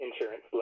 insurance